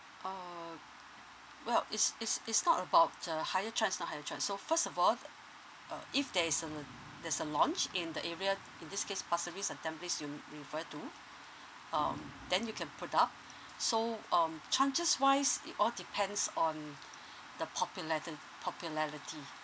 uh well is is is not about a higher chance or not higher chance so first of all uh if there is a there's a launch in the area in this case possibly is uh tampines you referring to um then you can put up so um chances wise it all depends on the populata~ popularity